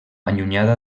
allunyada